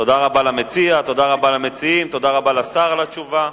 תודה רבה למציעים, תודה רבה לשר על התשובה.